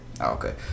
Okay